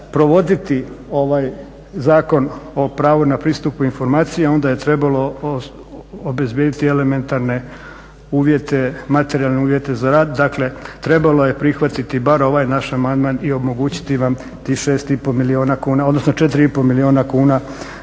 provoditi ovaj Zakon o pravu na pristup informacija onda je trebalo obezbjediti elementarne uvjete, materijalne uvjete za rad. Dakle, trebalo je prihvatiti bar ovaj naš amandman i omogućiti vam ti 6,5 milijuna kuna, odnosno 4,5 milijuna kuna